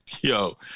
yo